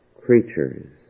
creatures